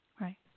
Right